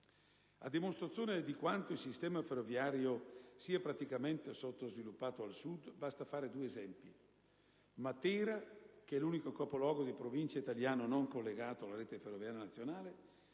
A dimostrazione di quanto il sistema ferroviario sia praticamente sottosviluppato al Sud, basta fare due esempi. Matera, innanzitutto, è l'unico capoluogo di Provincia italiano non collegato alla rete ferroviaria nazionale,